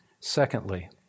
Secondly